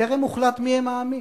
טרם הוחלט מי הם העמים.